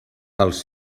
els